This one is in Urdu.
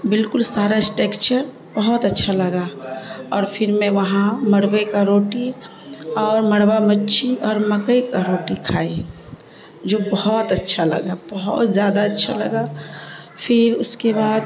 بالکل سارا اسٹیکچر بہت اچھا لگا اور پھر میں وہاں مروے کا روٹی اور مروا مچھی اور مکئی کا روٹی کھائی جو بہت اچھا لگا بہت زیادہ اچھا لگا پھر اس کے بعد